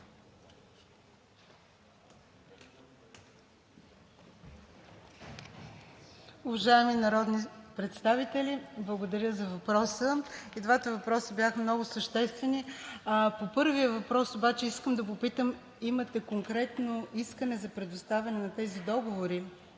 Уважаеми народни представители, благодаря за въпроса – и двата въпроса бяха много съществени. По първия въпрос обаче искам да попитам: имате конкретно искане за предоставяне на тези договори